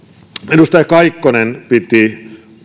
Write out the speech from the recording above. edustaja kaikkonen piti